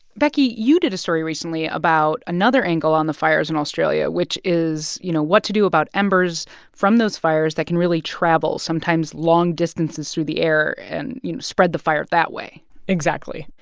becky, you did a story recently about another angle on the fires in australia, which is, you know, what to do about embers from those fires that can really travel, sometimes long distances, through the air and you know spread the fire that way exactly.